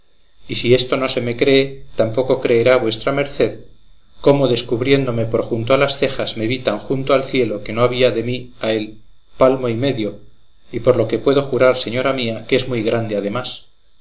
y si esto no se me cree tampoco creerá vuestra merced cómo descubriéndome por junto a las cejas me vi tan junto al cielo que no había de mí a él palmo y medio y por lo que puedo jurar señora mía que es muy grande además